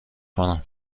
کنم